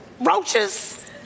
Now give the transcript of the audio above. roaches